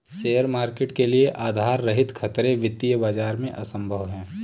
share market के लिये आधार रहित खतरे वित्तीय बाजार में असम्भव हैं